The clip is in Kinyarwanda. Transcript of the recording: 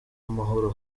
amahoro